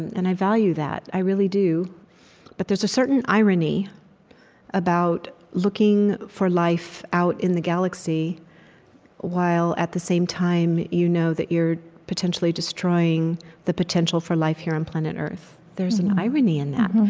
and i value that, i really do but there's a certain irony about looking for life out in the galaxy while, at the same time, you know that you're potentially destroying the potential for life here on planet earth. there's an irony in that.